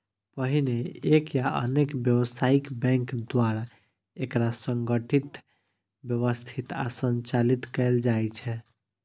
पहिने एक या अनेक व्यावसायिक बैंक द्वारा एकरा संगठित, व्यवस्थित आ संचालित कैल जाइ छै